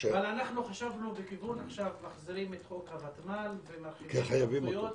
אבל אנחנו חשבנו בכיוון שמחזירים את חוק הוותמ"ל ומרחיבים סמכויות.